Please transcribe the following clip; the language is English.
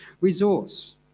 resource